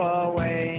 away